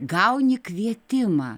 gauni kvietimą